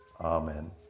Amen